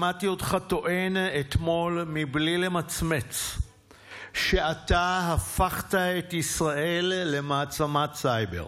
שמעתי אותך טוען אתמול בלי למצמץ שאתה הפכת את ישראל למעצמת סייבר.